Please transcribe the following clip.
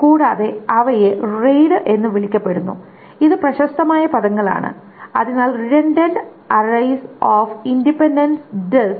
കൂടാതെ അവയെ റെയ്ഡ് എന്ന് വിളിക്കപ്പെടുന്നു ഇത് പ്രശസ്തമായ പദങ്ങൾ ആണ് അതിനാൽ redundant arrays of independent discs